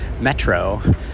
metro